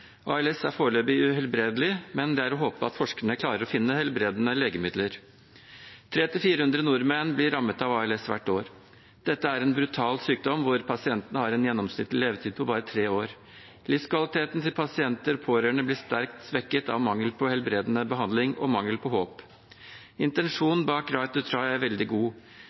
ALS er foreløpig uhelbredelig, men det er å håpe at forskerne klarer å finne helbredende legemidler. 300–400 nordmenn blir rammet av ALS hvert år. Dette er en brutal sykdom hvor pasientene har en gjennomsnittlig levetid på bare tre år. Livskvaliteten til pasienter og pårørende blir sterkt svekket av mangel på helbredende behandling og mangel på håp. Intensjonen bak «right to try» er veldig god,